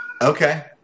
Okay